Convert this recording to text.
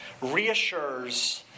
reassures